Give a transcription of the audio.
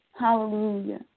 Hallelujah